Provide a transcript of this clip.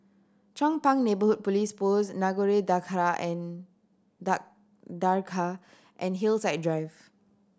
Chong Pang Neighbourhood Police Post Nagore Dargah and and Hillside and Drive